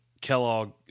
Kellogg